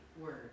Word